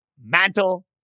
Mantle